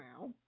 now